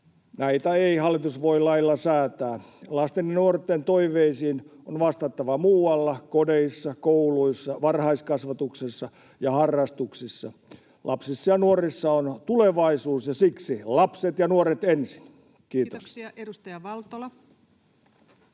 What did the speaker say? Näitä ei hallitus voi lailla säätää. Lasten ja nuorten toiveisiin on vastattava muualla: kodeissa, kouluissa, varhaiskasvatuksessa ja harrastuksissa. Lapsissa ja nuorissa on tulevaisuus, ja siksi: lapset ja nuoret ensin. — Kiitos. Kiitoksia. — Edustaja Valtola.